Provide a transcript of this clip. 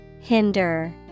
Hinder